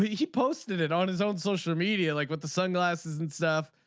he posted it on his own social media like with the sunglasses and stuff.